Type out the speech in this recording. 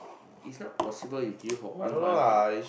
it's not possible you gym for one month and